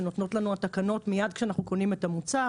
שנותנות לנו התקנות מייד כשאנחנו קונים את המוצר.